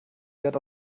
wert